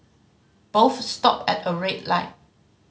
both stopped at a red light